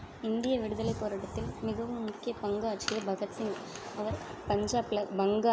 இந்திய விடுதலைப் போராட்டத்தில் மிகவும் முக்கியப் பங்காற்றிய பகத்சிங் அவர் பஞ்சாப்ல பங்கா